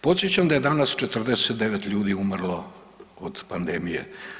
Podsjećam da je danas 49 ljudi umrlo od pandemije.